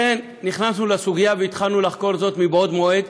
לכן נכנסנו לסוגיה והתחלנו לחקור זאת מבעוד מועד,